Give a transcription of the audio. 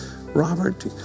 Robert